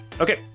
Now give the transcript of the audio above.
Okay